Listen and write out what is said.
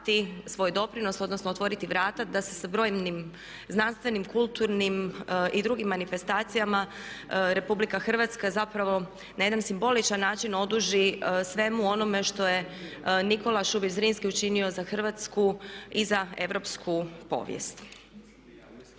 svoj doprinos, odnosno otvoriti vrata da se sa brojnim znanstvenim, kulturnim i drugim manifestacijama Republika Hrvatska zapravo na jedan simboličan način oduži svemu onome što je Nikola Šubić Zrinski učinio za Hrvatsku i za europsku povijest.